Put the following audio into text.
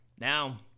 Now